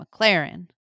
McLaren